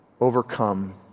overcome